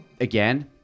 again